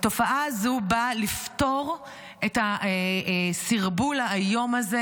ההצעה הזאת באה לפתור את הסרבול האיום הזה,